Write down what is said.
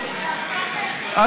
החינוך,